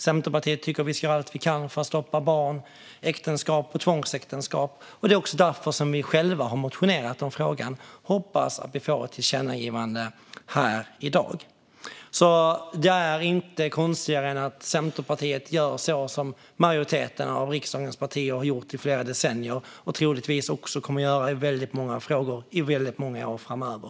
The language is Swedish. Centerpartiet tycker att vi ska göra allt vi kan för att stoppa barnäktenskap och tvångsäktenskap. Det är också därför som vi själva har motionerat i frågan. Jag hoppas att det blir ett tillkännagivande i dag. Det här är inte konstigare än att Centerpartiet gör så som majoriteten av riksdagens partier har gjort i flera decennier och troligtvis också kommer att göra i många frågor i många år framöver.